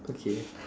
okay